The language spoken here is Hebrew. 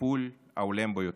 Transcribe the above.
ולטיפול ההולם ביותר.